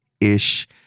ish